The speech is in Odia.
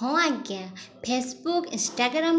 ହଁ ଆଜ୍ଞା ଫେସବୁକ୍ ଇନ୍ଷ୍ଟାଗ୍ରାମ୍